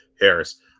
Harris